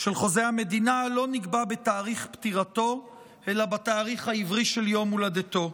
של חוזה המדינה לא נקבע בתאריך פטירתו אלא בתאריך העברי של יום הולדתו.